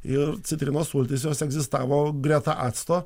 ir citrinos sultys jos egzistavo greta acto